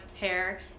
hair